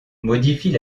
modifie